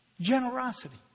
generosity